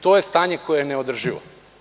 To je stanje koje je neodrživo.